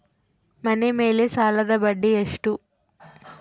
ಮನೆ ಮೇಲೆ ಸಾಲದ ಬಡ್ಡಿ ಎಷ್ಟು?